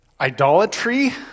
idolatry